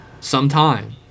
sometime